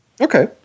Okay